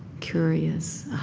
curious,